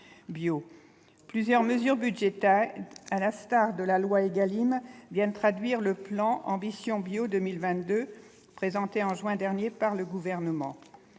Plusieurs mesures budgétaires, à l'instar de la loi ÉGALIM, viennent traduire le programme Ambition Bio 2022, présenté en juin dernier par le Gouvernement.